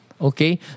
okay